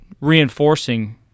reinforcing